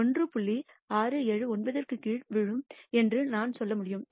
679 க்கு கீழே விழும் என்று நான் சொல்ல முடியும்